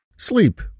Sleep